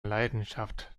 leidenschaft